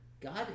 God